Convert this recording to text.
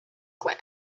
clan